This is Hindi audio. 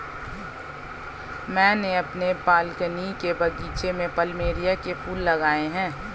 मैंने अपने बालकनी के बगीचे में प्लमेरिया के फूल लगाए हैं